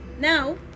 now